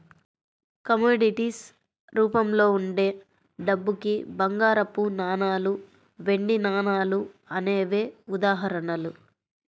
commodities రూపంలో ఉండే డబ్బుకి బంగారపు నాణాలు, వెండి నాణాలు అనేవే ఉదాహరణలు